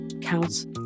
counts